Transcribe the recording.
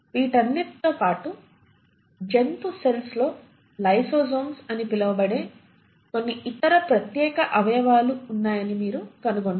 వీటన్నిటితో పాటు జంతు సెల్స్ లో లైసోజోములు అని పిలువబడే కొన్ని ఇతర ప్రత్యేక అవయవాలు ఉన్నాయని కూడా మీరు కనుగొంటారు